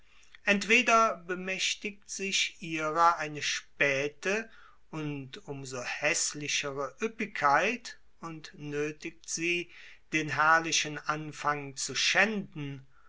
entweder bemächtigt sich ihrer eine späte und um so häßlichere ueppigkeit und nöthigt sie den herrlichen anfang zu schänden